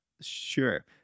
Sure